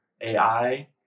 AI